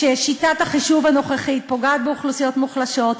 ששיטת החישוב הנוכחית פוגעת באוכלוסיות מוחלשות,